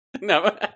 No